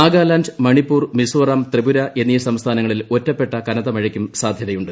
നാഗാലാന്റ് മണിപ്പൂർ മിസോറാം ത്രിപുര എന്നീ സംസ്ഥാനങ്ങളിൽ ഒറ്റപ്പെട്ട കനത്ത മഴയ്ക്കും സാധ്യതയുണ്ട്